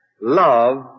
love